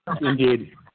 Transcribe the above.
Indeed